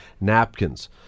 napkins